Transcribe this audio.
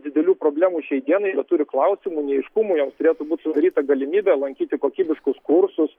didelių problemų šiai dienai neturi klausimų neaiškumų joms turėtų būti sudaryta galimybė lankyti kokybiškus kursus